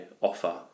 offer